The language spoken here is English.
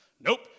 nope